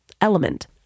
Element